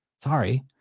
sorry